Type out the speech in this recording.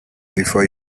before